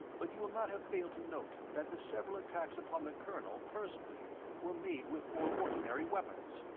but you will not have failed to note that the several attacks upon the colonel personally were made with more ordinary weapons.